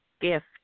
gift